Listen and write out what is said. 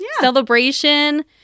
celebration